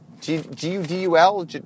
G-U-D-U-L